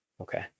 okay